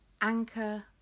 Anchor